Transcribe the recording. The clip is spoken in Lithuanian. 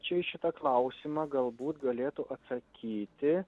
čia į šitą klausimą galbūt galėtų atsakyti